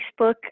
Facebook